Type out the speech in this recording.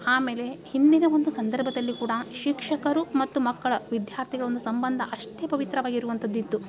ಆಮೇಲೆ ಹಿಂದಿನ ಒಂದು ಸಂದರ್ಭದಲ್ಲಿ ಕೂಡ ಶಿಕ್ಷಕರು ಮತ್ತು ಮಕ್ಕಳ ವಿದ್ಯಾರ್ಥಿಗಳ ಒಂದು ಸಂಬಂಧ ಅಷ್ಟೇ ಪವಿತ್ರವಾಗಿರುವಂಥದ್ದು ಇತ್ತು